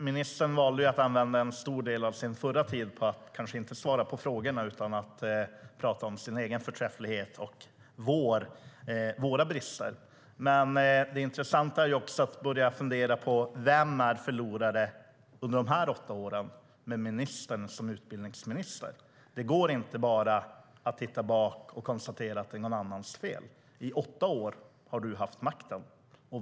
Ministern valde att använda en stor del av sitt förra inlägg inte till att svara på frågorna utan till att tala om sin egen förträfflighet och våra brister. Det intressanta är att fundera på vem som är förlorare efter åtta år med Jan Björklund som utbildningsminister. Det går inte att bara titta bakåt och konstatera att det är någon annans fel. I åtta år har han haft makten.